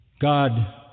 God